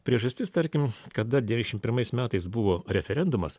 priežastis tarkim kada devišim pirmais metais buvo referendumas